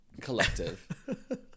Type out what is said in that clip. collective